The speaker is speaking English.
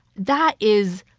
that is,